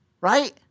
Right